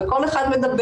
וכל אחד מדבר,